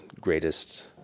greatest